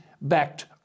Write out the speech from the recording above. backed